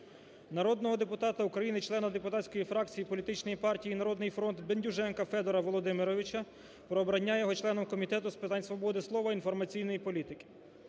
Народного депутата України, члена депутатської фракції політичної партії "Народний фронт" Бендюженка Федора Володимировича про обрання його членом Комітету з питань свободи слова, інформаційної політики.